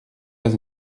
pas